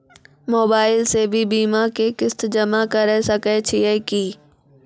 Mobile से भी बीमा के किस्त जमा करै सकैय छियै कि?